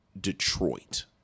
Detroit